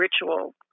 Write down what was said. ritual